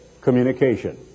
communication